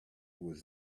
was